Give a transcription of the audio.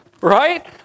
Right